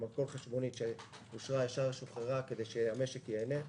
כלומר כל חשבונית שאושרה ישר שוחררה כדי שהמשק ייהנה.